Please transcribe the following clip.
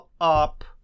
up